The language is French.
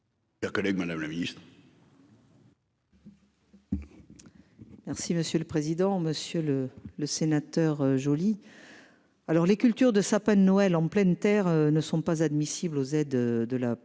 Collègue Madame la Ministre. Merci monsieur le président, Monsieur le le sénateur joli. Alors les cultures de sapin de Noël en pleine terre ne sont pas admissibles aux aides de la politique